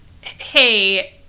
Hey